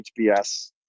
HBS